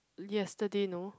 yesterday no